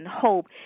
hope